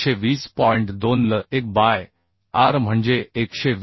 2 l 1 by r म्हणजे 120 2